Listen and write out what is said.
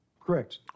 Correct